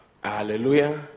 Hallelujah